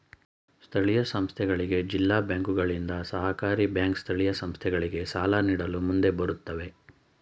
ಸ್ಥಳೀಯ ಸಂಸ್ಥೆಗಳಿಗೆ ಜಿಲ್ಲಾ ಬ್ಯಾಂಕುಗಳಿಂದ, ಸಹಕಾರಿ ಬ್ಯಾಂಕ್ ಸ್ಥಳೀಯ ಸಂಸ್ಥೆಗಳಿಗೆ ಸಾಲ ನೀಡಲು ಮುಂದೆ ಬರುತ್ತವೆ